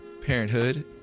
parenthood